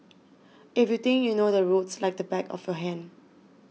if you think you know the roads like the back of your hand